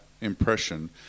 impression